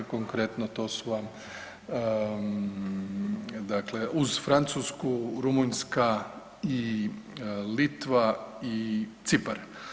Konkretno to su vam dakle uz Francusku, Rumunjska i Litva i Cipar.